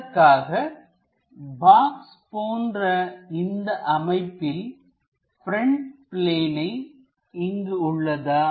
அதற்காக பாக்ஸ் போன்ற இந்த அமைப்பில் ப்ரெண்ட் பிளேனை இங்கு உள்ளதா